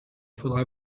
faudra